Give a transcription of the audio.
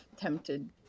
tempted